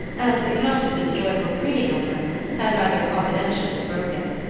and the countess's joyous greeting of them, had rather providentially broken.